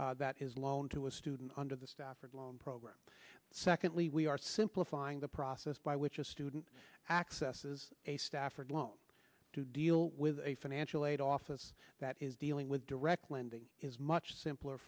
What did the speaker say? dollar that is loan to a student under the stafford loan program secondly we are simplifying the process by which a student accesses a stafford loan to deal with a financial aid office that is dealing with direct lending is much simpler